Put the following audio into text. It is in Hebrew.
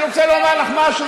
אני רוצה לומר לך משהו,